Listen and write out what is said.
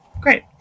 great